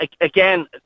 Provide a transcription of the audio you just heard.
again